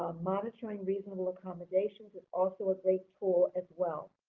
ah monitoring reasonable accommodations is also a great tool, as well.